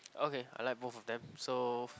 okay I like both of them so